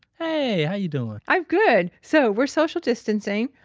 hey, how you doing? i'm good. so we're social distancing.